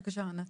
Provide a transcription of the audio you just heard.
בבקשה, ענת.